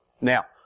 Now